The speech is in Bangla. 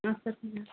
আচ্ছা ঠিক আছে